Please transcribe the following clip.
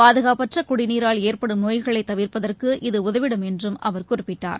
பாதுகாப்பற்ற குடிநீரால் ஏற்படும் நோய்களை தவிர்ப்பதற்கு இது உதவிடும் என்றும் அவர் குறிப்பிட்டார்